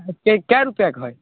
कए रुपआके है